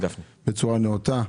בצורה נאותה.